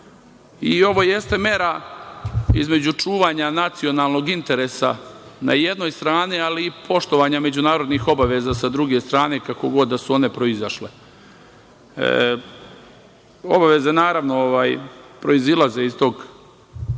jeste mera između čuvanja nacionalnog interesa na jednoj strani, ali i poštovanja međunarodnih obaveza sa druge strane, kako god da su one proizašle. Obaveze, naravno, proizilaze iz tog